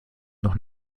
noch